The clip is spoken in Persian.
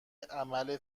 عمل